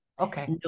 Okay